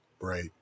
Right